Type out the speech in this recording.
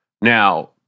Now